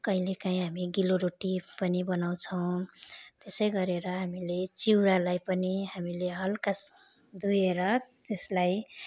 कहिलेकाहीँ हामी गिलो रोटी पनि बनाउँछौँ त्यसै गरेर हामी चिउरालाई पनि हामीले हल्का धोएर त्यसलाई